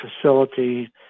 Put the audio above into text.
facility